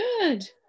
Good